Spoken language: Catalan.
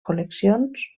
col·leccions